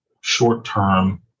short-term